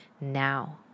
now